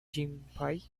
gympie